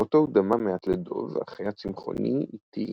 בצורתו הוא דמה מעט לדוב אך היה צמחוני איטי,